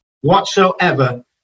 whatsoever